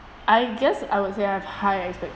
I guess I would say I have high expectations